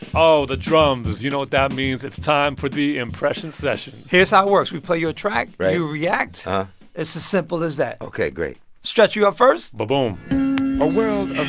oh, the drums. you know what that means. it's time for the impression session here's how it works. we play you a track right you react. it's as simple as that ok, great stretch, you up first ba-boom ah